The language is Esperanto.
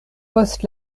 post